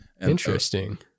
Interesting